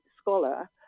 scholar